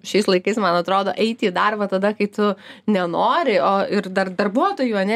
šiais laikais man atrodo eiti į darbą tada kai tu nenori o ir dar darbuotojų ane